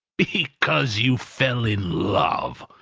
because you fell in love!